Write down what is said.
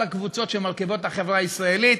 הקבוצות שמרכיבות את החברה הישראלית.